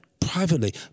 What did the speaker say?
privately